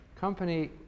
company